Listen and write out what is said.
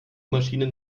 maschinen